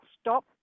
stop